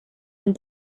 and